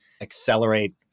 accelerate